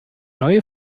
neue